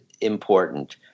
important